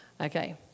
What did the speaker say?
Okay